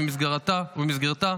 ובמסגרתה